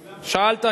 שאלת?